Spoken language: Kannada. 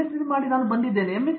Sc ಮಾಡಿ ಬಂದಾಗ ಏನು ಪಡೆಯುತ್ತೇನೆ M